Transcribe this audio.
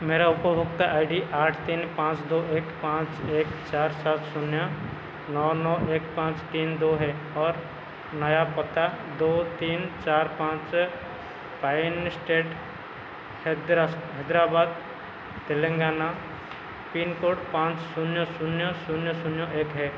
मेरा उपभोक्ता I D आठ तीन पाँच दो एक पाँच एक चार सात शून्य नौ नौ एक पाँच तीन दो है और नया पता दो तीन चार पाँच pine estate Hyderabad Telangana pin code पाँच शून्य शून्य शून्य शून्य एक है